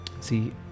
see